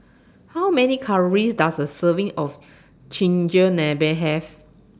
How Many Calories Does A Serving of Chigenabe Have